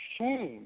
shame